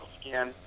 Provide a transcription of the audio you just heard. skin